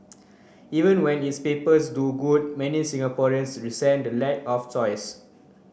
even when its papers do good many Singaporeans resent the lack of choice